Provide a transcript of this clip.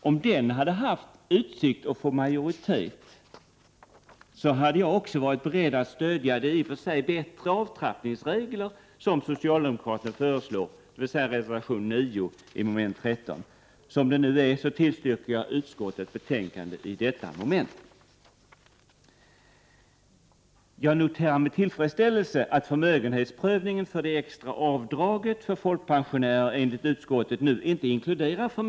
Om den hade haft utsikt att få majoritet, skulle jag också ha varit beredd att ge mitt stöd åt de i och för sig bättre avtrappningsregler som socialdemokraterna föreslår, dvs. reservation 9 i mom. 13. Som det nu är yrkar jag bifall till utskottets hemställan i detta moment. Jag noterar med tillfredsställelse att förmögenhetsprövningen för det extra avdraget för folkpensionärer enligt utskottet nu inte inkluderar förmögenhet Prot.